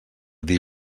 dir